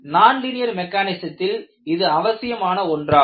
nonlinear மெக்கானிசத்தில் இது அவசியமான ஒன்றாகும்